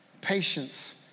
patience